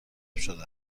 شده